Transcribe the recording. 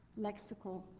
lexical